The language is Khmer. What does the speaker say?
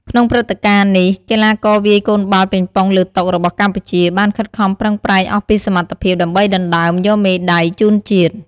ក្នុងព្រឹត្តិការណ៍នេះ កីឡាករវាយកូនបាល់ប៉េងប៉ុងលើតុរបស់កម្ពុជាបានខិតខំប្រឹងប្រែងអស់ពីសមត្ថភាពដើម្បីដណ្ដើមយកមេដាយជូនជាតិ។